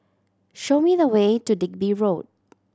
show me the way to Digby Road